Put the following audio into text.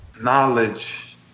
knowledge